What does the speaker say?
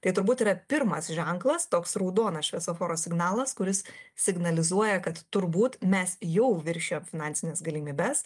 tai turbūt yra pirmas ženklas toks raudonas šviesoforo signalas kuris signalizuoja kad turbūt mes jau viršijom finansines galimybes